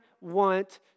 want